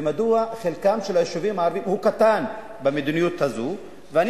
ומדוע חלקם של היישובים הערביים במדיניות הזאת הוא קטן?